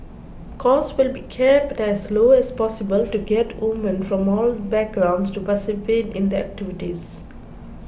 costs will be kept as low as possible to get women from all backgrounds to participate in the activities